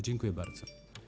Dziękuję bardzo.